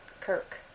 Kirk